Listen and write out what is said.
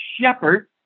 shepherd